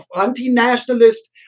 anti-nationalist